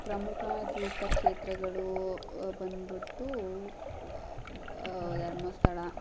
ಪ್ರಮುಖ ತೀರ್ಥಕ್ಷೇತ್ರಗಳು ಬಂದ್ಬಿಟ್ಟು ಧರ್ಮಸ್ಥಳ